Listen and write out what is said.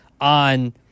on